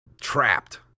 Trapped